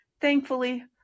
Thankfully